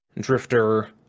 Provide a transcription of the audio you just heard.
drifter